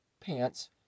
pants